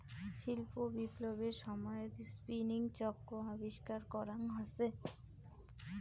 শিল্প বিপ্লবের সময়ত স্পিনিং চক্র আবিষ্কার করাং হসে